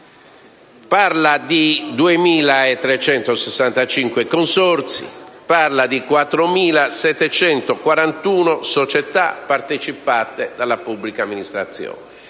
parla di 2.365 consorzi, a 4.741 società partecipati dalla pubblica amministrazione